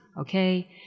Okay